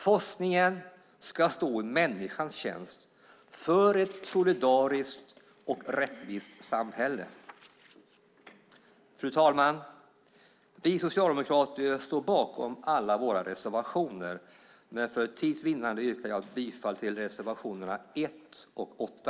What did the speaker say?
Forskningen ska stå i människans tjänst för ett solidariskt och rättvist samhälle. Fru talman! Vi socialdemokrater står bakom alla våra reservationer, men för tids vinnande yrkar jag bifall till reservationerna 1 och 8.